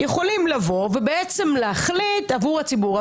הם יכולים לבוא ובעצם להחליט עבור הציבור.